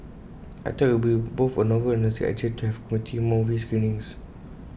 I thought IT would be both A novel and nostalgic idea to have community movie screenings